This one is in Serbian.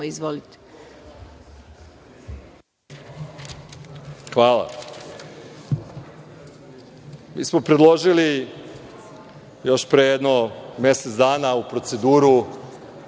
Đurišić** Hvala. Mi smo predložili još pre jedno mesec dana u proceduru